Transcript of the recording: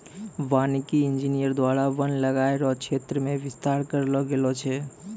वानिकी इंजीनियर द्वारा वन लगाय रो क्षेत्र मे बिस्तार करलो गेलो छै